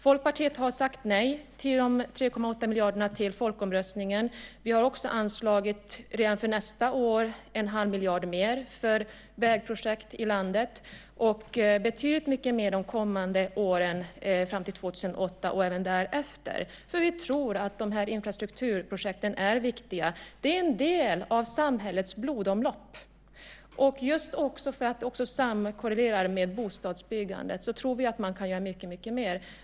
Folkpartiet har sagt nej till de 3,8 miljarderna till folkomröstningen. Vi har också redan för nästa år anslagit 1⁄2 miljard mer för vägprojekt i landet, och vi anslår betydligt mer under de kommande åren fram till 2008 och även därefter. Vi anser att dessa infrastrukturprojekt är viktiga. Infrastrukturen är en del av samhällets blodomlopp. Just för att den samverkar med bostadsbyggandet tror vi att man kan göra mycket mer.